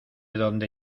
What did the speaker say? donde